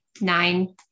nine